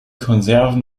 konserven